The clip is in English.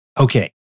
Okay